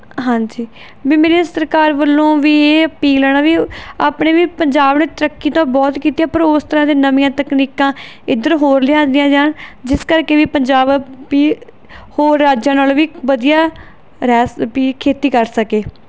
ਹਾਂਜੀ ਵੀ ਮੇਰੇ ਸਰਕਾਰ ਵੱਲੋਂ ਵੀ ਇਹ ਅਪੀਲ ਹੈ ਨਾ ਵੀ ਆਪਣੇ ਵੀ ਪੰਜਾਬ ਨੇ ਤਰੱਕੀ ਤਾਂ ਬਹੁਤ ਕੀਤੀ ਆ ਪਰ ਉਸ ਤਰ੍ਹਾਂ ਦੇ ਨਵੀਆਂ ਤਕਨੀਕਾਂ ਇੱਧਰ ਹੋਰ ਲਿਆਉਂਦੀਆਂ ਜਾਣ ਜਿਸ ਕਰਕੇ ਵੀ ਪੰਜਾਬ ਵੀ ਹੋਰ ਰਾਜਾਂ ਨਾਲੋਂ ਵੀ ਵਧੀਆ ਰਹਿ ਵੀ ਖੇਤੀ ਕਰ ਸਕੇ